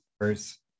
first